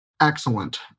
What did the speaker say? Excellent